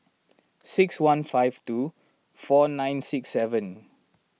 six one five two four nine six seven